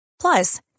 Plus